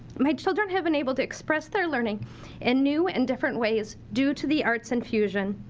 my children have been able to express their learning in new and different ways due to the arts infusion.